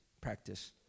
practice